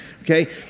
Okay